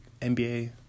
NBA